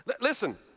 Listen